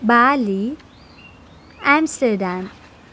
Bali Amsterdam